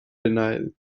denial